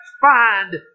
find